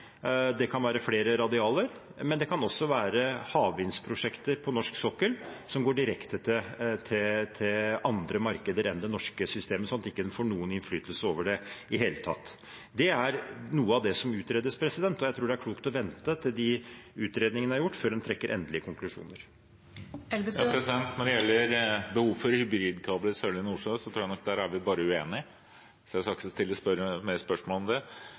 Det kan være flere radiale, men det kan også være havvindprosjekter på norsk sokkel som går direkte til andre markeder enn det norske systemet, sånn at man ikke får noen innflytelse over det i hele tatt. Det er noe av det som utredes, og jeg tror det er klokt å vente til de utredningene er gjort, før en trekker endelige konklusjoner. Når det gjelder behovet for hybridkabler i Sørlige Nordsjø, tror jeg nok at der er vi bare uenig, så jeg skal ikke stille flere spørsmål om det.